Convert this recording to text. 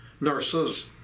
nurses